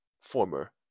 former